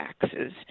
taxes